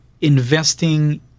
investing